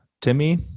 timmy